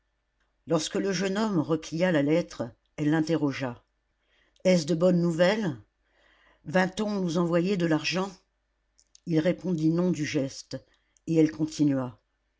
lorsque le jeune homme replia la lettre elle l'interrogea est-ce de bonnes nouvelles va-t-on nous envoyer de l'argent il répondit non du geste et elle continua